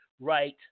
right